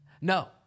No